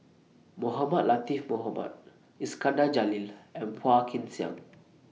Mohamed Latiff Mohamed Iskandar Jalil and Phua Kin Siang